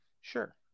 sure